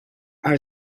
are